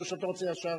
או שאתה רוצה ישר?